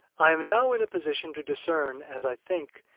i am now in a position to discern, as i think,